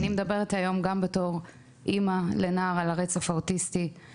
אני מדברת היום גם בתור אימא לנער על הרצף האוטיסטי,